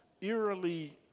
eerily